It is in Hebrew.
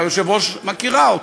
שהיושבת-ראש מכירה אותו: